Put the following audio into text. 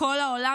בכל העולם,